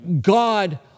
God